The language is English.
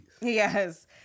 Yes